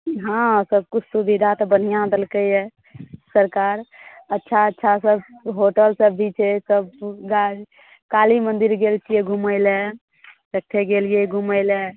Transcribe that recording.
हँ सबकिछु सुविधा तऽ बढ़िआँ देलकैय सरकार अच्छा अच्छा सब होटल सब भी छै सब काली मन्दिर गेल छियै घुमय लए सगठे गेलियै घुमय लए